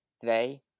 Today